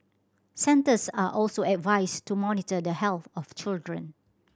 centres are also advised to monitor the health of children